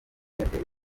yateye